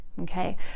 okay